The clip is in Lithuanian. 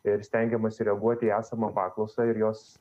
ir stengiamasi reaguoti į esamą paklausą ir jos